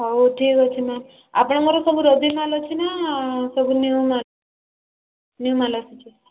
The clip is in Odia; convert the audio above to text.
ହଉ ଠିକ୍ ଅଛି ମ୍ୟାମ୍ ଆପଣଙ୍କର ସବୁ ରଦୀ ମାଲ୍ ଅଛି ନା ସବୁ ନିୟୁ ମାଲ୍ ନିୟୁ ମାଲ୍ ଆସିଛି